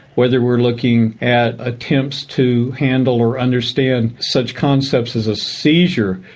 whether we're looking at attempts to handle or understand such concepts as a seizure,